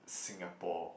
Singapore